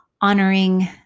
honoring